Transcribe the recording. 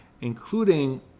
including